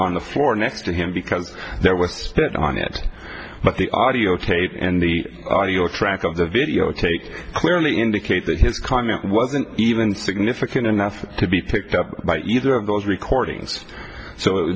on the floor next to him because there was spit on it but the audio tape and the audio track of the video take clearly indicate that his comment wasn't even significant enough to be picked up by either of those recordings so